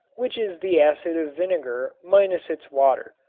which is the acid of vinegar minus its water.